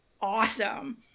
awesome